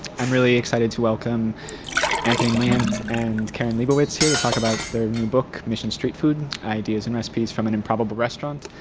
i'm really excited to welcome anthony myint and karen leibowitz here to talk about their new book, mission street food ideas and recipes from an improbable restaurant.